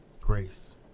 grace